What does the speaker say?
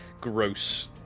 gross